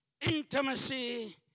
intimacy